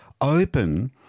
open